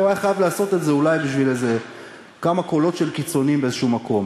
הוא היה חייב לעשות את זה בשביל כמה קולות של קיצונים באיזה מקום.